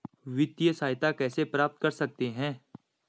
वित्तिय सहायता कैसे प्राप्त कर सकते हैं?